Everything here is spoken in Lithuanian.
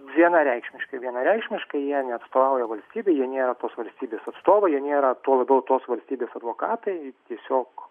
vienareikšmiškai vienareikšmiškai jie neatstovauja valstybių jie nėra tos valstybės atstovai jie nėra tuo labiau tos valstybės advokatai tiesiog